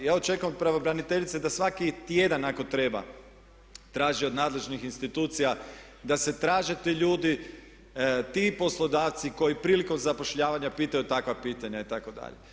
Ja očekujem od pravobraniteljice da svaki tjedan ako treba traži od nadležnih institucija da se traže ti ljudi, ti poslodavci koji prilikom zapošljavanja pitaju takva pitanja itd.